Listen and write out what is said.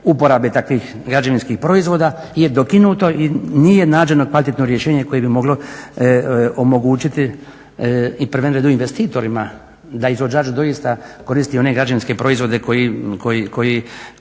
uporabe takvih građevinskih proizvoda je dokinuto i nije nađeno kvalitetno rješenje koje bi moglo omogućiti u prvom redu i investitorima da izvođač doista koristi one građevinske proizvode koji